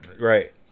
Right